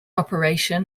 operation